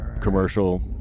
commercial